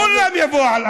כולם יבואו על ארבע.